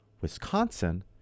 Wisconsin